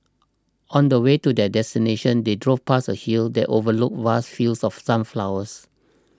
on the way to their destination they drove past a hill that overlooked vast fields of sunflowers